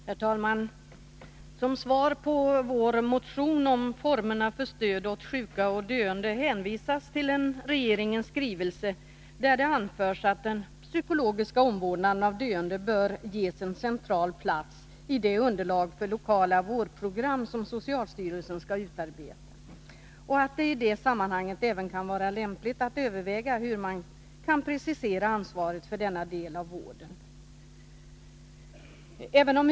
Herr talman! Som svar på vår motion om formerna för stöd åt sjuka och döende hänvisas till en regeringens skrivelse, där det anförs att den psykologiska omvårdnaden av döende bör ges en central plats i det underlag för lokala vårdprogram som socialstyrelsen skall utarbeta och att det i det sammanhanget även kan vara lämpligt att överväga hur man kan precisera ansvaret för denna del av vården.